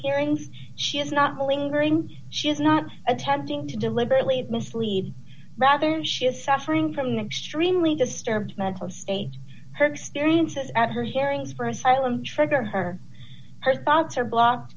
hearing she is not a lingering she is not attending to deliberately mislead rather than she is suffering from an extremely disturbed mental state her staring at her hearings for asylum triggered her her thoughts are blocked